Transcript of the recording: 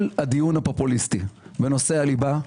כל הדיון הפופוליסטי בנושא הליבה,